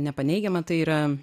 nepaneigiama tai yra